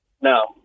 No